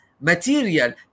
material